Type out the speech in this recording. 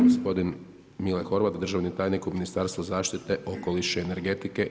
Gospodin Mile Horvat, državni tajnik u Ministarstvu zaštite okoliša i energetike.